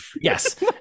Yes